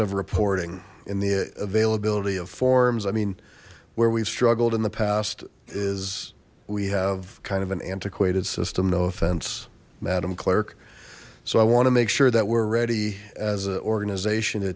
of reporting in the availability of forms i mean where we've struggled in the past is we have kind of an antiquated system no offense madam clerk so i want to make sure that we're ready as an organization to